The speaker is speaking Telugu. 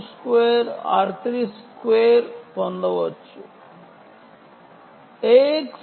దీనిని మీరు మ్యాట్రిక్స్ రూపంలో ఉంచవచ్చు AX B